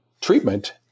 treatment